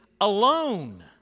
Alone